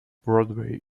broadway